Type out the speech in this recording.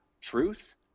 truth